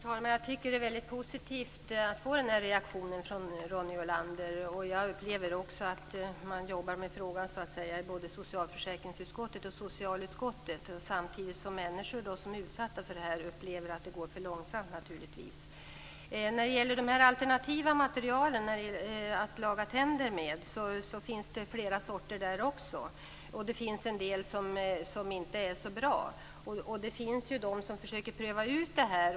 Herr talman! Jag tycker att det är mycket positivt att få den här reaktionen från Ronny Olander. Jag upplever också att man jobbar med frågan både i socialförsäkringsutskottet och i socialutskottet. Samtidigt upplever människor som är utsatta för detta att det går för långsamt. Det finns flera sorter av alternativa material att laga tänder med. Det finns en del som inte är så bra. Det finns de som försöker pröva ut detta.